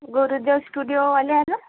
गुरुजस स्टुडिओवाले आहे ना